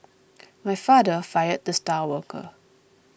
my father fired the star worker